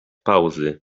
pauzy